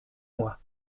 moi